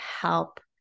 help